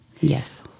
Yes